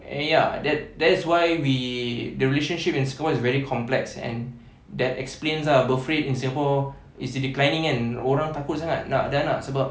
and ya that that's why we the relationship in singapore is very complex and that explains ah birth rate in singapore is declining kan orang takut sangat nak ada anak sebab